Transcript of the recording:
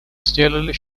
сделали